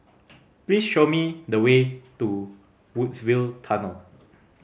please show me the way to Woodsville Tunnel